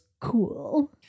cool